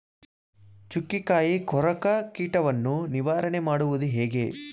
ಚುಕ್ಕಿಕಾಯಿ ಕೊರಕ ಕೀಟವನ್ನು ನಿವಾರಣೆ ಮಾಡುವುದು ಹೇಗೆ?